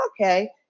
okay